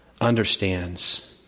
understands